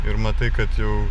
ir matai kad jau